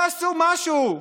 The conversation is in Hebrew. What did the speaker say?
תעשו משהו.